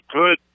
good